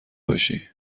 باشی